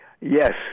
Yes